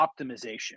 optimization